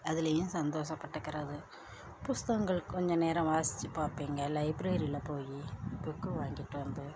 அதுலையும் சந்தோஷப்பட்டுக்கிறது புஸ்தகங்கள் கொஞ்சம் நேரம் வாசிச்சு பார்ப்பேங்க லைப்ரரியில் போய் புக்கு வாங்கிட்டு வந்து